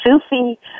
Sufi